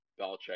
Belichick